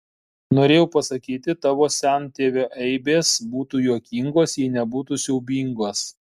norėjau pasakyti tavo sentėvio eibės būtų juokingos jei nebūtų siaubingos